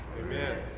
Amen